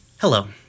Hello